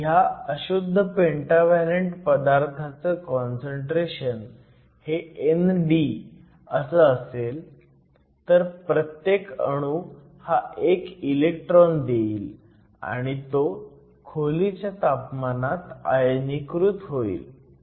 जर ह्या अशुद्ध पेंटाव्हॅलंट पदार्थाचं काँसंट्रेशन हे ND असं असेल तर प्रत्येक अणू हा एक इलेक्ट्रॉन देईल आणि तो खोलीच्या तापमानात आयनीकृत होईल